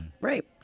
Right